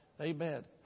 Amen